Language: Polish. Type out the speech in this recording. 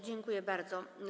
Dziękuję bardzo.